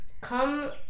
come